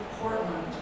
Portland